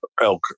elk